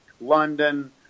london